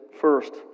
first